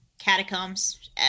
catacombs